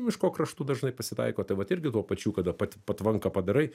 miško kraštu dažnai pasitaiko tai vat irgi tuo pačiu kada pat patvanką padarai